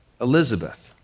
Elizabeth